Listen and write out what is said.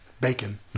bacon